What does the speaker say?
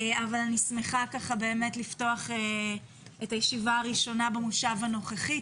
אבל אני שמחה לפתוח את הישיבה הראשונה במושב הנוכחי.